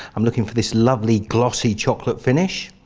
i'm looking for this lovely glossy chocolate finish.